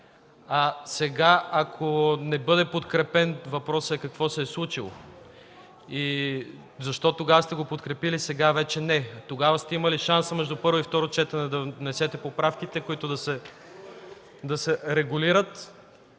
а сега, ако не бъде подкрепен, въпросът е: какво се е случило? И защо тогава сте го подкрепили, а сега вече – не? Тогава сте имали шанса между първо и второ четене да внесете поправките, които да регулират.